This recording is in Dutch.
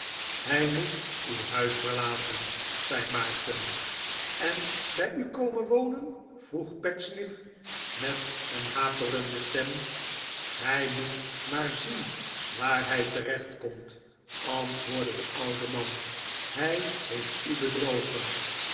hij moet uw huis verlaten zei maarten en bij u komen wonen vroeg pecksniff met een haperende stem hij moet maar zien waar hij tereeht komt antwoordde de oude man hij heeft u bedrogen